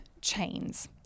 Chains